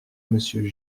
monsieur